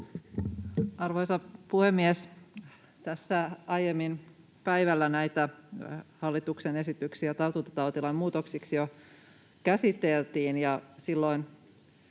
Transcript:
Arvoisa puhemies! Tässä aiemmin päivällä näitä hallituksen esityksiä tartuntatautilain muutoksiksi jo käsiteltiin,